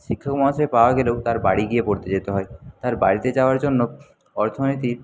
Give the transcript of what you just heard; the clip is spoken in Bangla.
শিক্ষক মহাশয় পাওয়া গেলেও তার বাড়ি গিয়ে পড়তে যেতে হয় তার বাড়িতে যাওয়ার জন্য অর্থনীতি